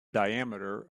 diameter